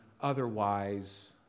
otherwise